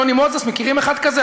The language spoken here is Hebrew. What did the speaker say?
נוני מוזס, מכירים אחד כזה?